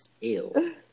Ew